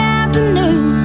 afternoon